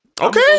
Okay